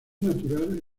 natural